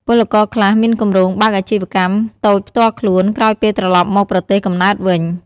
ពលករខ្លះមានគម្រោងបើកអាជីវកម្មតូចផ្ទាល់ខ្លួន ក្រោយពេលត្រឡប់មកប្រទេសកំណើតវិញ។